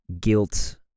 guilt